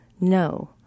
no